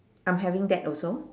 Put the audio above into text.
I'm having that also